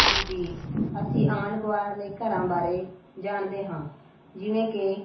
ਹਾਂਜੀ ਅਸੀਂ ਆਂਢ ਗਵਾਂਢ ਦੇ ਘਰਾਂ ਬਾਰੇ ਜਾਣਦੇ ਹਾਂ ਜਿਵੇਂ ਕਿ